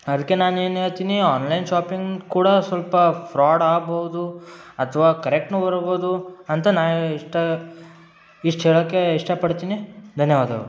ಅದಕ್ಕೆ ನಾನು ಏನು ಹೇಳ್ತಿನಿ ಆನ್ಲೈನ್ ಶಾಪಿಂಗ್ ಕೂಡ ಸ್ವಲ್ಪ ಫ್ರಾಡ್ ಆಗ್ಬೌದು ಅಥವಾ ಕರೆಕ್ಟೂ ಬರ್ಬೋದು ಅಂತ ನಾನು ಇಷ್ಟು ಇಷ್ಟು ಹೇಳಕ್ಕೆ ಇಷ್ಟಪಡ್ತೀನಿ ಧನ್ಯವಾದಗಳು